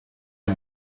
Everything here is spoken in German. der